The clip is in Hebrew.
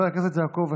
בסוף,